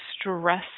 stress